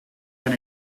ben